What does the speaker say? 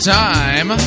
time